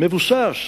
מבוסס